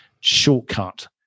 shortcut